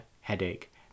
headache